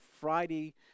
Friday